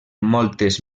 moltes